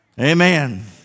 Amen